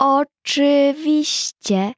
oczywiście